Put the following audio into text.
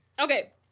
Okay